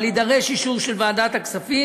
אבל יידרש אישור של ועדת הכספים,